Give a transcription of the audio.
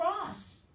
cross